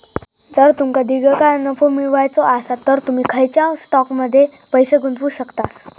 जर तुमका दीर्घकाळ नफो मिळवायचो आसात तर तुम्ही खंयच्याव स्टॉकमध्ये पैसे गुंतवू शकतास